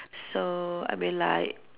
so I mean like